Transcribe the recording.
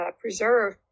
preserve